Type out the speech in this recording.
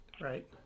Right